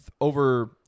over